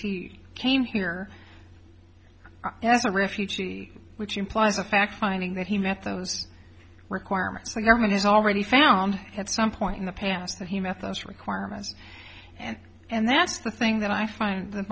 he came here as a refugee which implies a fact finding that he met those requirements the government has already found at some point in the past that he methods requirements and and that's the thing that i find th